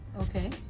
Okay